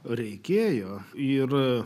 reikėjo ir